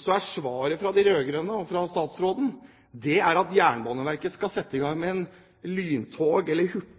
så er svaret fra de rød-grønne og fra statsråden at Jernbaneverket skal sette i gang med en